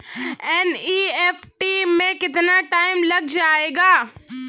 NEFT में कितना time लग जाएगा?